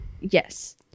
Yes